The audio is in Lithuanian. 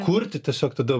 kurti tiesiog tada